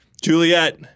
Juliet